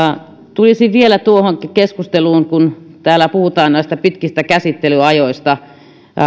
tulisin vielä tuohon keskusteluun kun täällä puhutaan näistä pitkistä käsittelyajoista